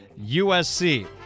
USC